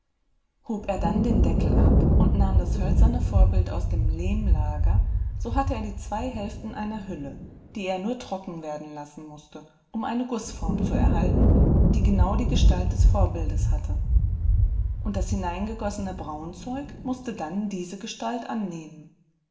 hob er dann den deckel ab und nahm das hölzerne vorbild aus dem lehmlager so hatte er die zwei hälften einer hülle die er nur trocken werden lassen mußte um eine gußform zu erhalten die genau die gestalt des vorbildes hatte und das hineingegossene braunzeug mußte dann diese gestalt annehmen